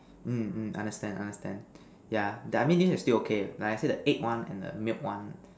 mm mm understand understand yeah yeah I mean this is still okay when I say the egg one and the milk one